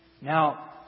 Now